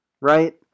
right